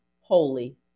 holy